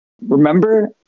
Remember